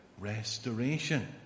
restoration